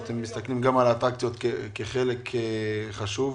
שאתם מסתכלים על האטרקציות כחלק חשוב.